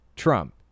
Trump